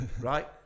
right